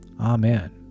Amen